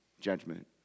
judgment